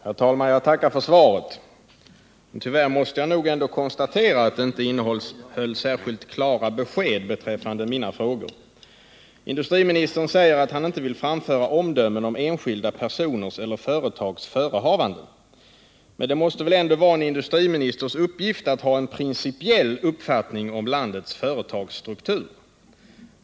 Herr talman! Jag tackar för svaret, men tyvärr måste jag nog ändå konstatera att det inte innehöll särskilt klara besked beträffande mina frågor. Industriministern säger att han inte vill framföra omdömen om enskilda personers eller företags förehavanden. Men det måste väl ändå vara en industriministers uppgift att ha en principiell uppfattning om landets företagsstruktur.